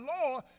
law